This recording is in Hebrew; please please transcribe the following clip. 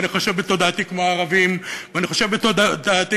ואני חושב בתודעתי כמו הערבים ואני חושב בתודעתי